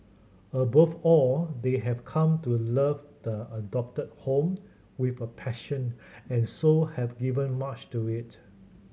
above all they have come to love the adopted home with a passion and so have given much to it